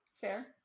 Fair